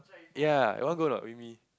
ya you want go or not with me